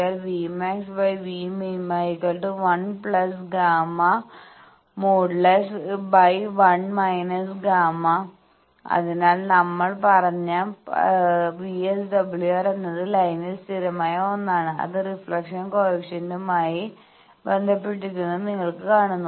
VSWR V maxV min 1|Γ|1−|Γ| അതിനാൽ നമ്മൾ പറഞ്ഞ VSWR എന്നത് ലൈനിൽ സ്ഥിരമായ ഒന്നാണ് അത് റിഫ്ലക്ഷൻ കോയെഫിഷ്യന്റ്മായും ബന്ധപ്പെട്ടിരിക്കുന്നുവെന്ന് നിങ്ങൾ കാണുന്നു